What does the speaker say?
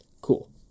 cool